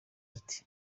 ati